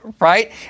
right